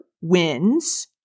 wins